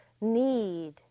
need